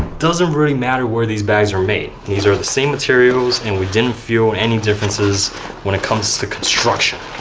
doesn't really matter where these bags are made. these are the same materials and we didn't feel any differences when it comes to construction.